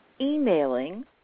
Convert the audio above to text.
emailing